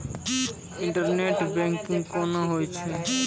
Internet banking कोना होय छै?